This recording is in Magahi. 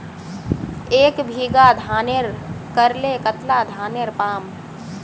एक बीघा धानेर करले कतला धानेर पाम?